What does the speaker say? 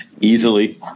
easily